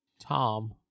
Tom